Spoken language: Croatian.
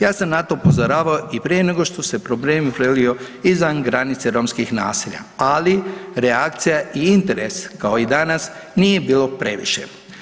Ja sam na to upozoravao i prije nego što se problem prelio izvan granice romskih naselja, ali reakcija i interes kao i danas nije bilo previše.